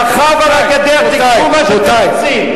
שכב על הגדר: תיקחו מה שאתם רוצים.